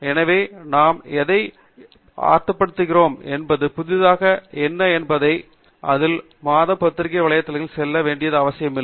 எனவே நாம் எதை அர்த்தப்படுத்துகிறோம் என்பது புதிதாக என்ன என்பதை அறிய ஒவ்வொரு மாதமும் பத்திரிகை வலைத்தளத்திற்கு செல்ல வேண்டிய அவசியமில்லை